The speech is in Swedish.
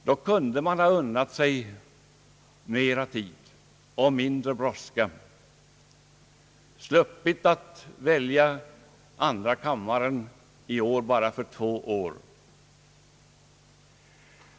Då kunde man ha unnat sig mera tid och mindre brådska, så att man sluppit välja andra kammaren i år bara för två år.